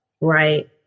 Right